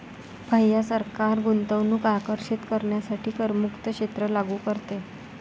भैया सरकार गुंतवणूक आकर्षित करण्यासाठी करमुक्त क्षेत्र लागू करते